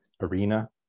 arena